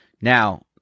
Now